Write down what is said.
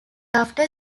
after